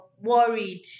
worried